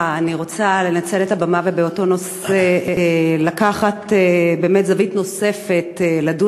אני רוצה לנצל את הבמה ובאותו נושא לקחת באמת זווית נוספת לדון בה,